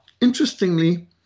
interestingly